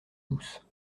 douce